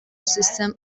systems